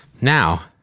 now